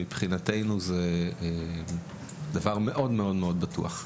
מבחינתנו זהו דבר מאוד בטוח.